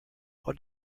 what